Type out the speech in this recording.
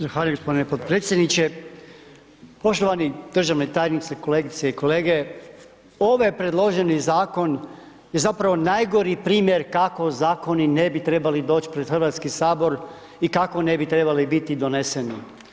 Zahvaljujem gospodine podpredsjedniče, poštovani državni tajniče, kolegice i kolege ovaj predloženi zakon je zapravo najgori primjer kako zakoni ne bi trebali doći pred Hrvatski sabor i kako ne bi trebali biti doneseni.